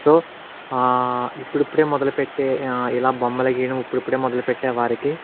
so ఇప్పుడిప్పుడే మొదలుపెట్టే ఇలా బొమ్మలు గీయడం ఇప్పుడిప్పుడే మొదలుపెట్టే వారికి